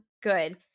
good